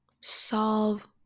solve